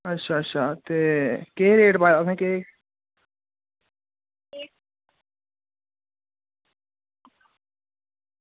अच्छा अच्छा ते केह् रेट पाया तुसें केह्